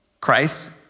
Christ